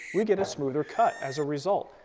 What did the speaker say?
we get a smoother cut as a result.